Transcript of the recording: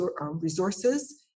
resources